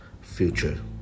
future